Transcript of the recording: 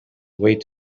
wait